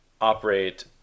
operate